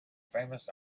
famous